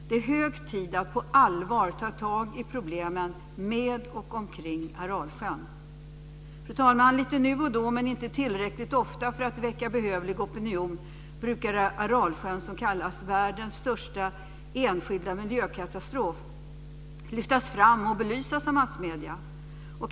Det är hög tid att på allvar ta tag i problemen kring Aralsjön. Fru talman! Lite nu och då, men inte tillräckligt ofta för att väcka behövlig opinion, brukar Aralsjön, som kallas världens största enskilda miljökatastrof, lyftas fram och belysas av massmedierna.